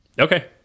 okay